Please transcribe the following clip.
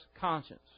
conscience